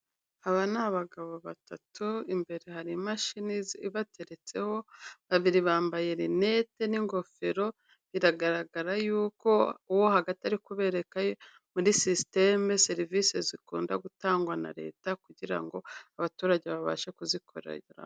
Aba ni abagabo batatu imbere hari imashini ibateretseho, babiri bambaye renete n'ingofero biragaragara yuko uwo hagati ari kubereka muri sisiteme serivisi zikunda gutangwa na leta kugira ngo abaturage babashe kuzikorera.